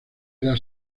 era